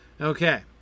Okay